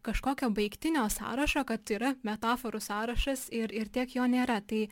kažkokio baigtinio sąrašo kad yra metaforų sąrašas ir ir tiek jo nėra tai